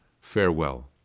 farewell